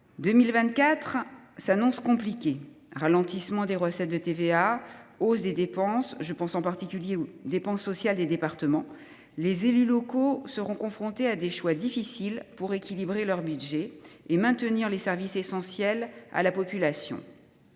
2024 s’annonce compliquée, du fait du ralentissement des recettes de TVA ou de la hausse des dépenses, en particulier sociales, des départements. Les élus locaux seront confrontés à des choix difficiles pour équilibrer leurs budgets et maintenir les services essentiels à la population.